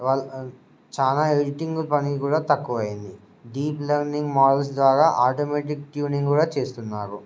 వాళ్ళ చాలా ఎడిటింగ్ పనికి కూడా తక్కువ అయింది డీప్ లెర్నింగ్ మోడల్స్ ద్వారా ఆటోమేటిక్ ట్యూనింగ్ కూడా చేస్తున్నారు